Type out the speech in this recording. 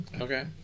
Okay